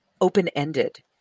open-ended